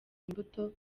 imbuto